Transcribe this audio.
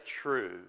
true